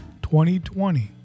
2020